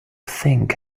think